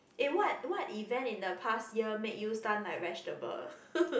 eh what what event in the past year make you stun like vegetable